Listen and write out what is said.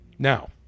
Now